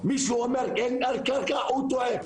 מישהו אומר אין קרקע הוא טועה,